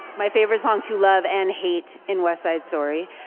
my favorite song to love and hate in west side story.